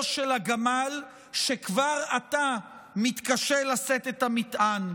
של הגמל שכבר עתה מתקשה לשאת את המטען.